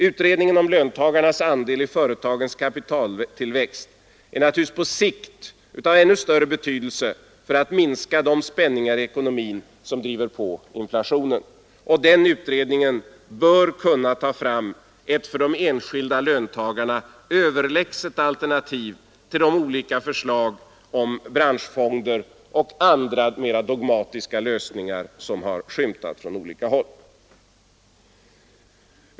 Utredningen om löntagarnas andel i företagens kapitaltillväxt blir naturligtvis på sikt av ännu större betydelse för att minska de spänningar i ekonomin som driver på inflationen. Denna utredning bör kunna ta fram ett för de enskilda löntagarna överlägset alternativ till de olika förslag om branschfonder och andra mera dogmatiska lösningar som har skymtat från olika håll.